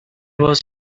was